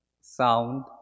sound